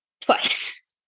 twice